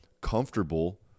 comfortable